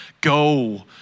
Go